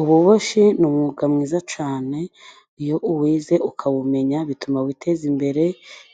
Ububoshyi ni umwuga mwiza cyane. Iyo uwize ukawumenya bituma witeza imbere